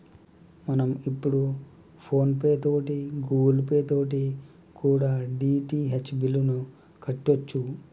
మనం ఇప్పుడు PhonePe తోటి గూగుల్ పే తోటి కూడా డి.టి.హెచ్ బిల్లుని కట్టొచ్చు